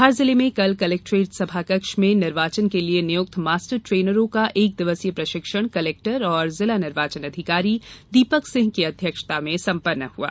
धार जिले में कल कलेक्ट्रेट सभाकक्ष में निर्वाचन के लिये नियुक्त मास्टर ट्रेनरों का एक दिवसीय प्रषिक्षण कलेक्टर एवं जिला निर्वाचन अधिकारी दीपक सिंह की अध्यक्षता में सम्पन्न हुआ